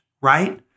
right